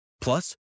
Plus